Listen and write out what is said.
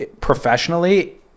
professionally